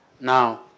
Now